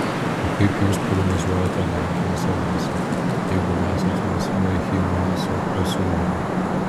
o kaip jūs prognozuojate lenkijos elgesį jeigu mes atmesime hymanso pasiūlymą